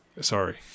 Sorry